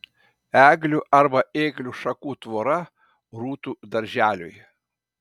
eglių arba ėglių šakų tvora rūtų darželiui